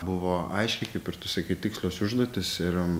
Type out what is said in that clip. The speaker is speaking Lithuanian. buvo aiškiai kaip ir tu sakei tikslios užduotys ir